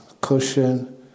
cushion